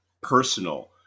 personal